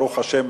ברוך השם,